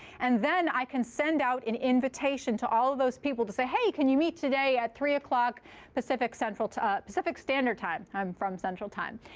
and then i can send out an invitation to all those people to say, hey, can you meet today at three o'clock pacific central ah pacific standard time. i'm from central time.